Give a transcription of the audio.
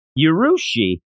Yurushi